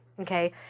okay